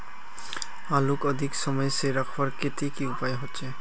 आलूक अधिक समय से रखवार केते की उपाय होचे?